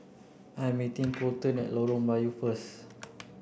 I am meeting Coleton at Lorong Melayu first